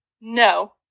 No